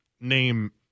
Name